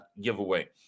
giveaway